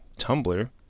Tumblr